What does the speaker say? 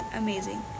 amazing